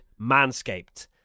Manscaped